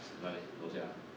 吃哪里楼下啊